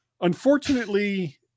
Unfortunately